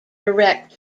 direct